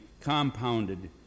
compounded